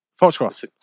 Foxcross